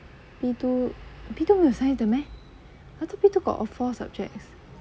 P two P two 没有 science 的 meh I thought P two got all four subjects